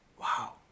Wow